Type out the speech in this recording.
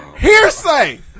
hearsay